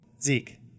Zeke